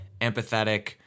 empathetic